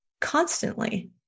constantly